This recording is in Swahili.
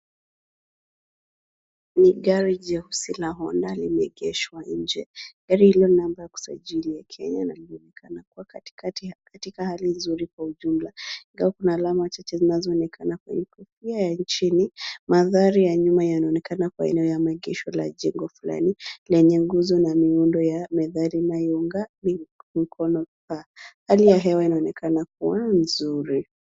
Ni gari jeusi na hodari limeegeshwa nje. Gari hilo lina namba ya usajili ya Kenya na linaonekana kuwa katika hali mzuri kwa ujumla, ingawa alama chache zinazoonekana. Kwenye Kofia ya nchini, mandhari ya nyuma yanaonekana kwa maeneo ya maegesho la jengo fulani, lenye nguzo na miuundo ya methali inayounga mikono. Hali ya hewa inaonekana kuwa mzuri.